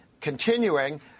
continuing